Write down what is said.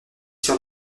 sur